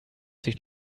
sich